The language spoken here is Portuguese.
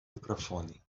microfone